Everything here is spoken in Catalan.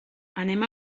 anem